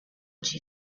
she